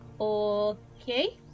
Okay